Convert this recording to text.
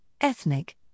ethnic